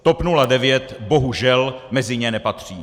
TOP 09 bohužel mezi ně nepatří.